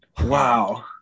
Wow